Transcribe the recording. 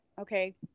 okay